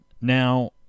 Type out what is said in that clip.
now